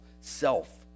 self